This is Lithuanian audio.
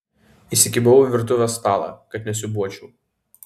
įsikibau į virtuvės stalą kad nesiūbuočiau